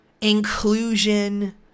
inclusion